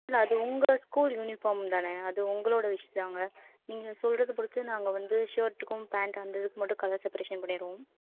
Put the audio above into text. இல்லை அது உங்கள் ஸ்கூல் யுனிஃபார்ம் தானே அது உங்களோடய விஷ் தாங்க நீங்கள் சொல்கிறத பொறுத்து நாங்கள் வந்து ஷேர்ட்டுக்கும் பேண்ட் வந்து இதுக்கு மட்டும் கலர் செப்பரேஷன் பண்ணிவிடுவோம்